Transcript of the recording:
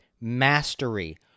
mastery